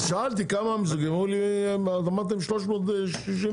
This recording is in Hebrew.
אז שאלתי כמה מיזוגים אמרתם 360 מיליון.